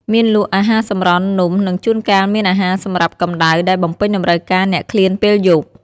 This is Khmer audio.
មានលក់ អាហារសម្រន់ នំ និងជួនកាលមានអាហារសម្រាប់កម្ដៅដែលបំពេញតម្រូវការអ្នកឃ្លានពេលយប់។